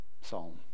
psalm